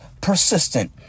persistent